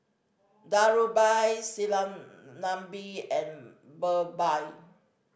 Dhirubhai Sinnathamby and Birbal